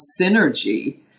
synergy